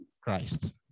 Christ